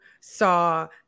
saw